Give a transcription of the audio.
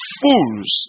fools